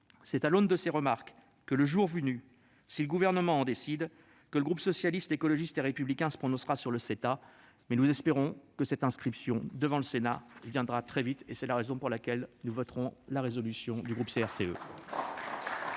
C'est à l'aune de ces remarques que, le jour venu, si le Gouvernement en décide, le groupe Socialiste, Écologiste et Républicain se prononcera sur le CETA. Nous espérons que cette inscription à l'ordre du jour du Sénat viendra très vite, raison pour laquelle nous voterons la proposition de résolution du groupe CRCE.